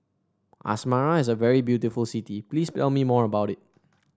Asmara is a very beautiful city please tell me more about it